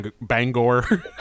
Bangor